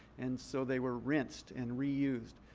and so they were rinsed and reused.